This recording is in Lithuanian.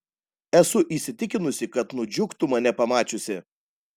esu įsitikinusi kad nudžiugtų mane pamačiusi